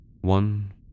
one